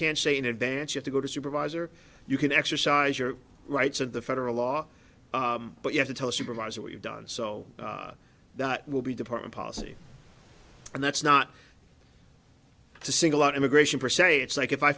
can say in advance have to go to supervisor you can exercise your rights and the federal law but you have to tell a supervisor what you've done so that will be department policy and that's not to single out immigration for saying it's like if i